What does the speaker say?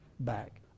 back